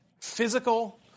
physical